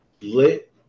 lit